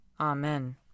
Amen